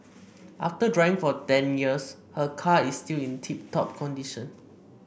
after driving for ten years her car is still in tip top condition